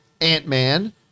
ant-man